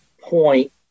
point